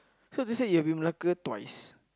so this year you have been in Malacca twice